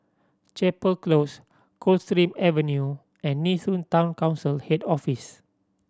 Chapel Close Coldstream Avenue and Nee Soon Town Council Head Office